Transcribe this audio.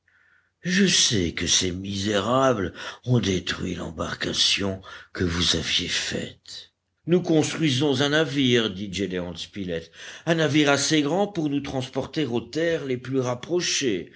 je sais que ces misérables ont détruit l'embarcation que vous aviez faite nous construisons un navire dit gédéon spilett un navire assez grand pour nous transporter aux terres les plus rapprochées